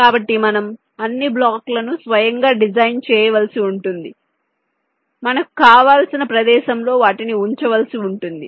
కాబట్టి మనము అన్ని బ్లాకులను స్వయంగా డిజైన్ చేయవలసి ఉంటుంది మనకు కావలసిన ప్రదేశంలో వాటిని ఉంచవలసి ఉంటుంది